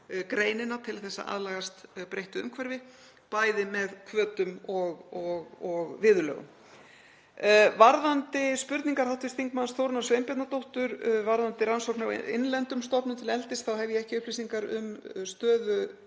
greinina til að aðlagast breyttu umhverfi, bæði með hvötum og viðurlögum. Varðandi spurningar hv. þm. Þórunnar Sveinbjarnardóttur um rannsókn á innlendum stofnum til eldis þá hef ég ekki upplýsingar um stöðu